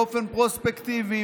באופן פרוספקטיבי,